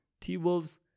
T-Wolves